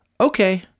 okay